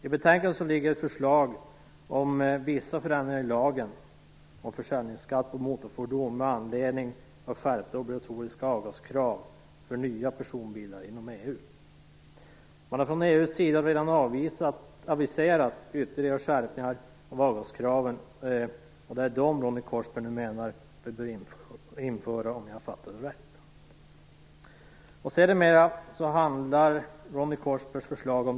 I betänkandet finns ett förslag till vissa förändringar i lagen om försäljningsskatt på motorfordon med anledning av skärpta obligatoriska avgaskrav för nya personbilar inom EU. EU har redan aviserat ytterligare skärpningar av avgaskraven, och det är dessa krav som Ronny Korsberg nu menar att vi bör införa, om jag har fattat det rätt.